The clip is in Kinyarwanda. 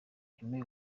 aime